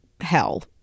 hell